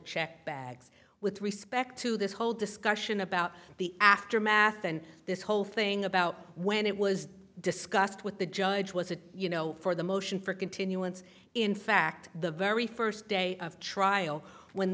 checked bags with reese back to this whole discussion about the aftermath and this whole thing about when it was discussed with the judge was it you know for the motion for continuance in fact the very first day of trial when